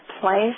place